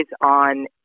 on